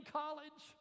college